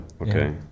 Okay